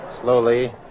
slowly